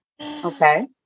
Okay